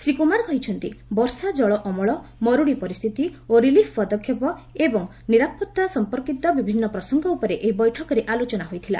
ଶ୍ରୀ କୁମାର କହିଛନ୍ତି ବର୍ଷାଜଳ ଅମଳ ମରୁଡ଼ି ପରିସ୍ଥିତି ଓ ରିଲିଫ୍ ପଦକ୍ଷେପ ଏବଂ ନିରାପତ୍ତା ସଂପର୍କିତ ବିଭିନ୍ନ ପ୍ରସଙ୍ଗ ଉପରେ ଏହି ବୈଠକରେ ଆଲୋଚନା ହୋଇଥିଲା